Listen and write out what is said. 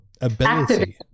ability